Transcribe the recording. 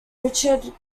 richard